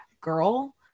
girl